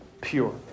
pure